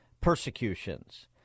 persecutions